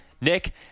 Nick